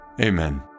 amen